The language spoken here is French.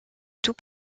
tout